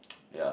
yeah